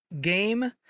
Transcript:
game